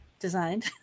designed